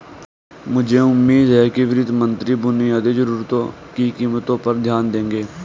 मुझे उम्मीद है कि वित्त मंत्री बुनियादी जरूरतों की कीमतों पर ध्यान देंगे